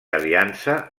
aliança